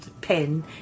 pen